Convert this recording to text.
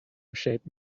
shape